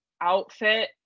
outfit